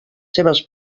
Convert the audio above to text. seves